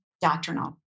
doctrinal